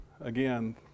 Again